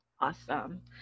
Awesome